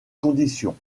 conditions